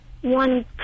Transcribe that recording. one